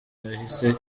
yahise